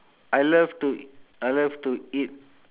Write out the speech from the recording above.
I love to I love to eat